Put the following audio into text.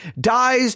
dies